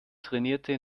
trainierte